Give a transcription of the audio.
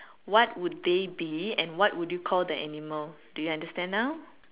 what would they be and what would you call the animal do you understand now